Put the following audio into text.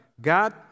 God